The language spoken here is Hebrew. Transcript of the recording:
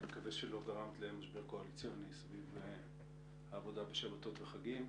אני מקווה שלא גרמת למשבר קואליציוני סביב העבודה בשבתות וחגים,